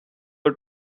are